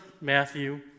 Matthew